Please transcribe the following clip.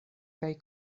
kaj